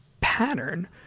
pattern